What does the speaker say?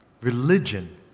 Religion